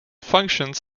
functions